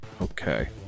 Okay